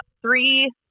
three